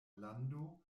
lando